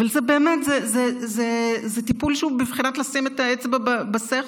אבל זה טיפול שהוא בבחינת לשים את האצבע בסכר.